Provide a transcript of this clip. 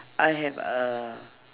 I have err